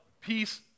peace